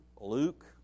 Luke